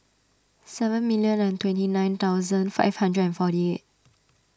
seven million and twenty nine thousand five hundred and forty eight